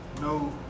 no